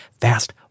fast